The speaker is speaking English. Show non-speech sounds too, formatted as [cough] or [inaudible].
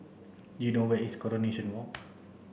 do you know where is Coronation Walk [noise]